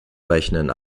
rechnen